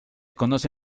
conoce